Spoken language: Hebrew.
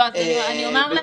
לא, אז אני אומר לך.